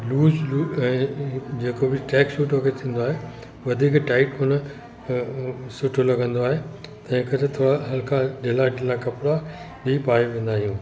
loose लू ऐं जेको बि ट्रैक सूट वग़ैरह थींदो आहे वधीक टाइट कोन सुठो लॻंदो आहे तंहिं करे थोरा हल्का ढिला ढिला कपिड़ा बि पाए वेंदा आहियूं